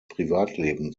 privatleben